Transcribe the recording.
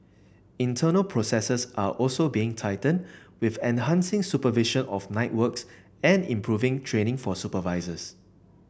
internal processes are also being tightened with enhancing supervision of night works and improving training for supervisors